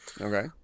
Okay